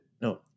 No